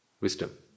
Wisdom